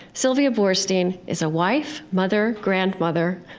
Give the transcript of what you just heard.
sylvia boorstein is a wife, mother, grandmother,